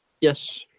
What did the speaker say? Yes